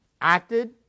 Acted